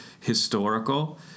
historical